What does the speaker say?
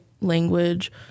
language